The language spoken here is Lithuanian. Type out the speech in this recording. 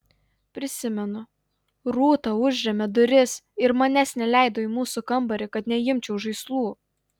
prisimenu rūta užrėmė duris ir manęs neleido į mūsų kambarį kad neimčiau žaislų